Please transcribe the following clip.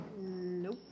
Nope